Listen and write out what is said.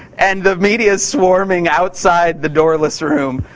and the media is swarming outside the doorless room.